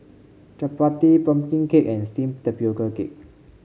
chappati pumpkin cake and steamed Tapioca Cake